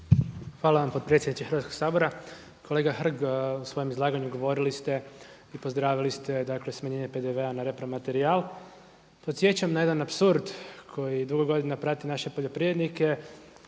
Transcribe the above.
Hvala vam potpredsjedniče Hrvatskoga sabora. Kolega Hrg u svojem izlaganju govorili ste i pozdravili ste smanjenje PDV-a na repromaterijal. Podsjećam na jedan apsurd koji dugo godina prati naše poljoprivrednike